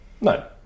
No